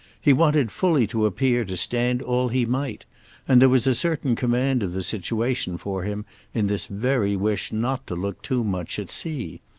he wanted fully to appear to stand all he might and there was a certain command of the situation for him in this very wish not to look too much at sea.